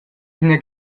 ina